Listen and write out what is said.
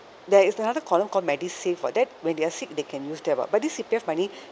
there is another column called medisave [what] that when they are sick they can use that [what] but this C_P_F money